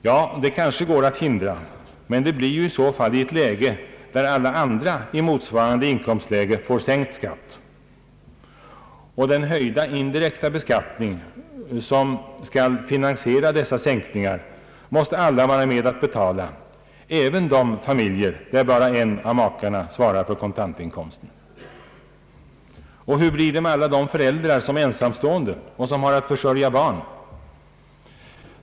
Ja, det går kanske att hindra, men det blir ju i så fall i ett läge, där alla andra familjer i motsvarande inkomstläge får sänkt skatt, och den höjda indirekta beskattning som skall finansiera dessa sänkningar måste alla vara med att betala — även de familjer där bara en av makarna svarar för kontantinkomsten. Och hur blir det med alla de föräldrar som är ensamstående och som har att försörja barn?